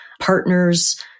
partners